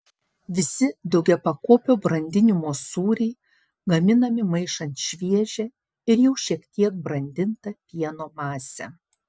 visi daugiapakopio brandinimo sūriai gaminami maišant šviežią ir jau šiek tiek brandintą pieno masę